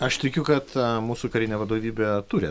aš tikiu kad mūsų karinė vadovybė turi